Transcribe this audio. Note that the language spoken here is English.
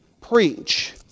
preach